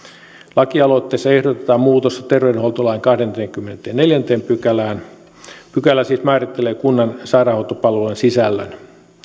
lakialoitteessa ehdotetaan muutosta terveydenhuoltolain kahdenteenkymmenenteenneljänteen pykälään joka siis määrittelee kunnan sairaanhoitopalvelujen sisällön